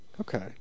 Okay